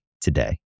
today